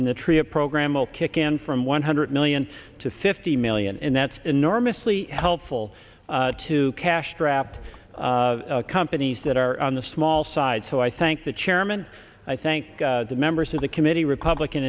in the tree a program will kick in from one hundred million to fifty million and that's enormously helpful to cash strapped companies that are on the small side so i thank the chairman i thank the members of the committee republican